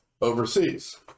overseas